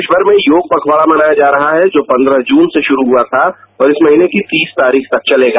प्रदेष भर में योग पखवारा मनाया जा रहा है जो पन्द्रह जून से ष्रू हुआ था और इस महीने की तीस तारीख तक चलेगा